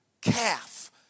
calf